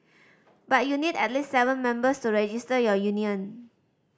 but you need at least seven members to register your union